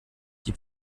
die